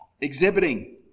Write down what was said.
exhibiting